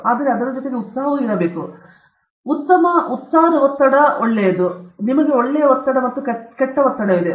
ಆದ್ದರಿಂದ ಉತ್ತಮ ಒತ್ತಡ ಎಂದು ಕೂಡ ಕರೆಯಲ್ಪಡುತ್ತದೆ ನಿಮ್ಮಲ್ಲಿ ಕೆಲವರು ಇದು ಸುದ್ದಿಯಾಗಿರಬಹುದು ನಿಮಗೆ ಒಳ್ಳೆಯ ಒತ್ತಡ ಮತ್ತು ಕೆಟ್ಟ ಒತ್ತಡವಿದೆ